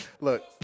look